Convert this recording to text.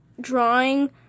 drawing